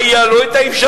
היתה לו האפשרות,